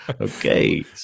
Okay